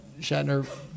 Shatner